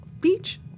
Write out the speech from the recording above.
Beach